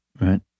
right